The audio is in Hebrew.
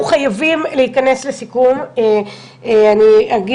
אנחנו חייבים להתכנס לסיכום אז אגיד